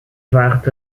vaart